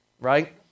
right